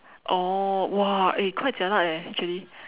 oh !wah! eh quite jialat eh actually